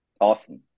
Awesome